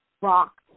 rock